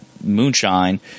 moonshine